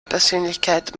persönlichkeit